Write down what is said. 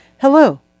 Hello